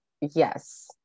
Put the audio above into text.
yes